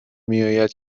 میآید